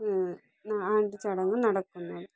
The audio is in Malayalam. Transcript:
ആണ്ട് ചടങ്ങ് നടത്തുന്നത്